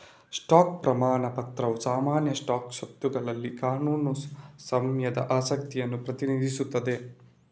stock ಪ್ರಮಾಣ ಪತ್ರವು ಸಾಮಾನ್ಯ ಸ್ಟಾಕ್ ಸ್ವತ್ತುಗಳಲ್ಲಿ ಕಾನೂನು ಸ್ವಾಮ್ಯದ ಆಸಕ್ತಿಯನ್ನು ಪ್ರತಿನಿಧಿಸುತ್ತದೆ